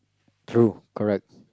true correct